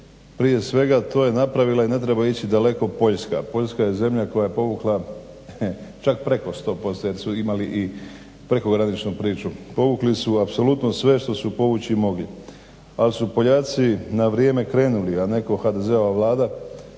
Prije svega to je napravila i ne treba ići daleko Poljska. Poljska je zemlja koja je povukla čak preko 100 jer su imali i prekograničnu priču. Povukli su apsolutno sve što su povući mogli, ali su Poljaci na vrijeme krenuli, a ne komercijalni HDZ-ova Vlada